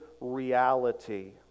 reality